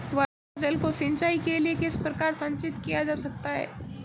वर्षा जल को सिंचाई के लिए किस प्रकार संचित किया जा सकता है?